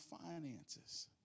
finances